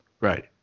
Right